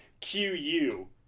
Q-U